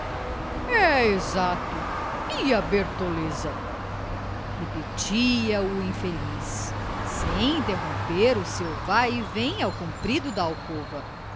é exato e a bertoleza repetia o infeliz sem interromper o seu vaivém ao comprido da alcova